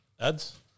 Ads